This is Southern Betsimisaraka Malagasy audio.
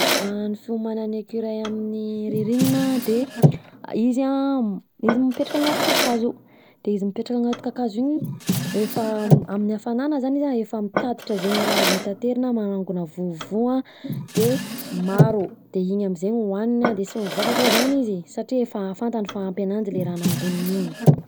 Ny fiomanan'ny écureuils amin'ny ririnina an de, izy an, izy mipetraka anaty kakazo, de izy mipetraka anaty kakazo iny; efa, amin'ny hafanana zany izy an efa mitatitra zegny raha azo taterina managnona vovoa, de maro, de iny am'zegny hoaniny an, de sy mivoaka akao zany izy, satria efa fantany fa ampy ananjy le raha nangoniny iny.